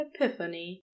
epiphany